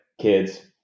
kids